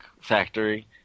factory